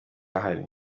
ahari